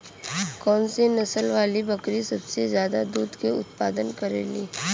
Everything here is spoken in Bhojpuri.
कौन से नसल वाली बकरी सबसे ज्यादा दूध क उतपादन करेली?